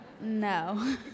No